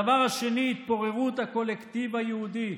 הדבר השני הוא התפוררות הקולקטיב היהודי.